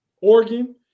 Oregon